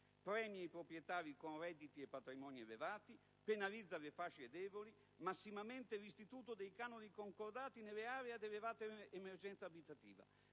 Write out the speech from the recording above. premia i proprietari con redditi e patrimoni elevati e penalizza le fasce deboli, massimamente l'istituto dei canoni concordati nelle aree ad elevata emergenza abitativa.